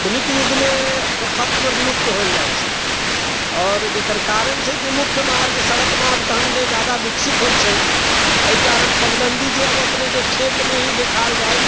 आधुनिक युगमे ओ खत्म विलुप्त भेल जाइ छै आओर जकर कारण छै कि मुख्य मार्ग सड़क मार्ग तहन जे जादा विकसित होइ छै एहि कारण पगडण्डी जे अब अपनेके खेतमे ही देखाइल जाइत